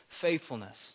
faithfulness